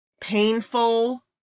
painful